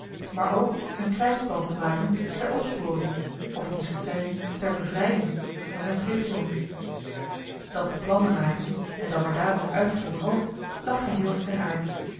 maar ook een krijgsplan te maken ter opsporing of moest het zijn ter bevrijding van zijn scheepsjongen dat plannen maken en dan maar dadelijk uitvoeren ook lag geheel in zijn aard